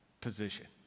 position